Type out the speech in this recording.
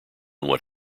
what